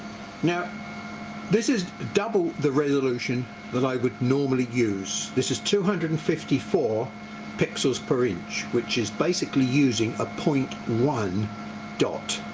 now this is double the resolution that i would normally use, this is two hundred and fifty four pixels per inch which is basically using zero ah point one dot